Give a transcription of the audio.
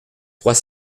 trois